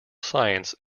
science